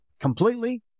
completely